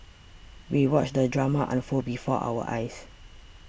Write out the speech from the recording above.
we watched the drama unfold before our eyes